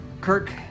Kirk